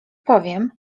powiem